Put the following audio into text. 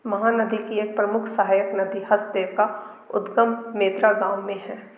महानदी की एक प्रमुख सहायक नदी हसदेव का उद्गम मेंद्रा गाँव में है